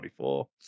44